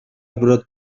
brot